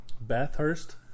Bathurst